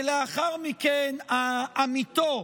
ולאחר מכן עמיתו,